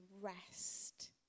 rest